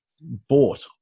bought